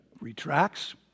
retracts